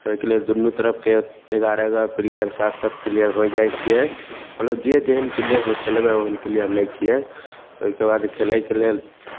तऽ ओहिके लेल दुनू तरफके एगारह एगारह पिलियर सात सात पिलियर होइ जाइ छियै ओना जे जेहन पिलियरसँ खेलबै ओहन पिलियर लै छियै तऽ ओहिकेबाद खेलयके लेल